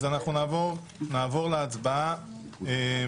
אז אנחנו נעבור להצבעה על